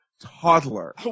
toddler